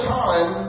time